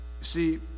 See